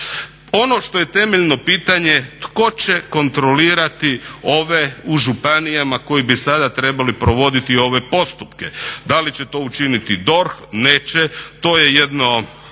Ono što je temeljno pitanje tko će kontrolirati ove u županijama koji bi sada trebali provoditi ove postupke. Da li će to učiniti DORH? Neće. To je jedno,